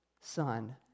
Son